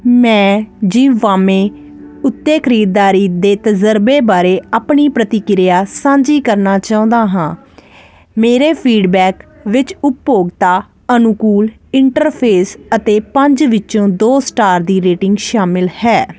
ਮੈਂ ਜ਼ਿਵਾਮੇ ਉੱਤੇ ਖਰੀਦਦਾਰੀ ਦੇ ਤਜਰਬੇ ਬਾਰੇ ਆਪਣੀ ਪ੍ਰਤੀਕਿਰਿਆ ਸਾਂਝੀ ਕਰਨਾ ਚਾਹੁੰਦਾ ਹਾਂ ਮੇਰੇ ਫੀਡਬੈਕ ਵਿੱਚ ਉਪਭੋਗਤਾ ਅਨੁਕੂਲ ਇੰਟਰਫੇਸ ਅਤੇ ਪੰਜ ਵਿੱਚੋਂ ਦੋ ਸਟਾਰ ਦੀ ਰੇਟਿੰਗ ਸ਼ਾਮਲ ਹੈ